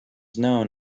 known